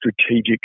strategic